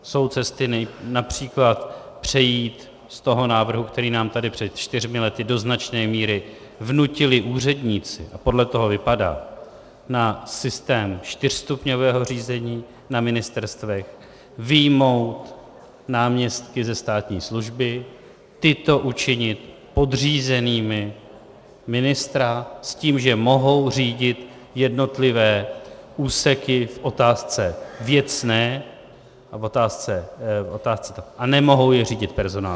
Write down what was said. Jsou cesty například přejít z toho návrhu, který nám tady před čtyřmi lety do značné míry vnutili úředníci, a podle toho vypadá, na systém čtyřstupňového řízení na ministerstvech, vyjmout náměstky ze státní služby, tyto učinit podřízenými ministra s tím, že mohou řídit jednotlivé úseky v otázce věcné a nemohou je řídit personálně.